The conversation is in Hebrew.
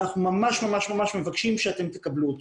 ואנחנו ממש מבקשים שאתם תקבלו אותו.